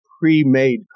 pre-made